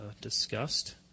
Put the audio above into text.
discussed